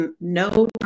no